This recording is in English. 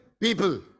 people